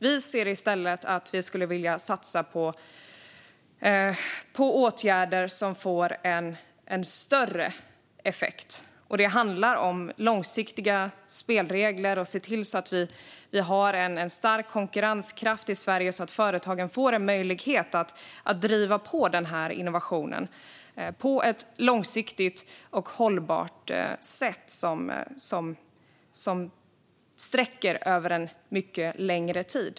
Vi skulle i stället vilja satsa på åtgärder som får en större effekt. Det handlar om långsiktiga spelregler, och det handlar om att se till att vi har en stark konkurrenskraft i Sverige så att företagen får en möjlighet att driva på innovationen på ett långsiktigt och hållbart sätt som sträcker sig över en mycket längre tid.